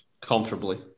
comfortably